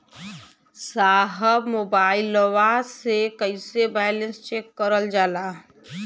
साहब मोबइलवा से कईसे बैलेंस चेक करल जाला?